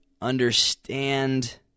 understand